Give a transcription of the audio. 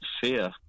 fear